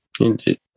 Indeed